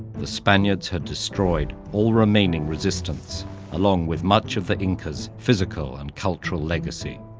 the spaniards had destroyed all remaining resistance along with much of the incas' physical and cultural legacy.